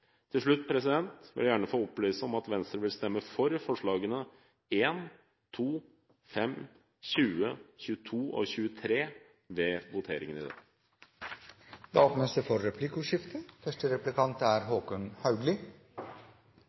Til slutt vil jeg gjerne få opplyse om at Venstre vil stemme for forslagene nr. 1, 2, 5, 20, 22 og 23 under voteringen i dag. Det åpnes for replikkordskifte.